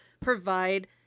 provide